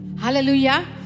Hallelujah